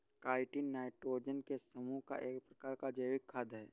chitin nitrogen के समूह का एक प्रकार का जैविक खाद है